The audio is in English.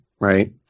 right